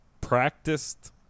practiced